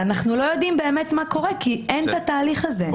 אנחנו לא יודעים באמת מה קורה כי אין את התהליך הזה.